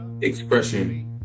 expression